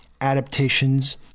adaptations